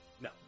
No